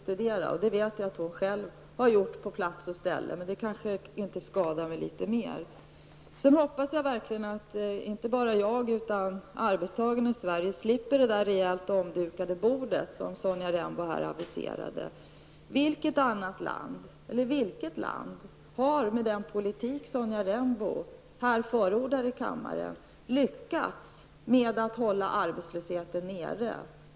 Jag vet att hon själv har bedrivit studier på ort och ställe, men det kanske inte skadar med litet mer. Sedan hoppas jag verkligen att inte bara jag utan arbetstagarna i Sverige slipper det där rejält omdukade bordet, som Sonja Rembo aviserade. Vilket land har, med den politik Sonja Rembo här förordar i kammaren, lyckats hålla arbetslösheten nere?